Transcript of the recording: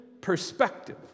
perspective